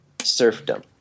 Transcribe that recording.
serfdom